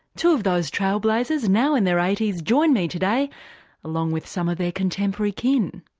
two of those trailblazers, now in their eighty s, join me today along with some of their contemporary kin.